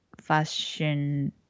fashion